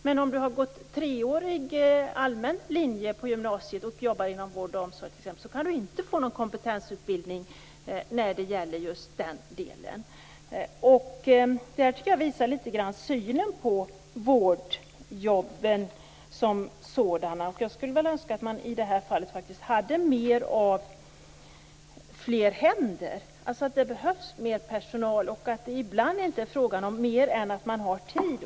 Men om du har gått en treårig allmän linje på gymnasiet och jobbar inom vård och omsorg t.ex. kan du inte få någon kompetensutbildning när det gäller just den delen. Det här tycker jag litet grand visar synen på vårdjobben som sådana. Jag skulle önska att man i det här fallet hade mer av fler händer. Det behövs mer personal, och ibland är det inte fråga om mer än att man har tid.